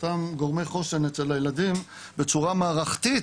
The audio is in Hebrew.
אותם גורמי חוסן של הילדים בצורה מערכתית,